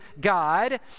God